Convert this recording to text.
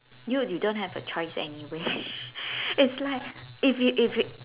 dude you don't have a choice anyway it's like if you if you